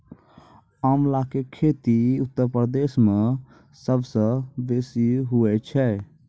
आंवला के खेती उत्तर प्रदेश मअ सबसअ बेसी हुअए छै